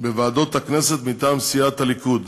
בוועדות הכנסת מטעם סיעת הליכוד: